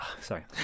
Sorry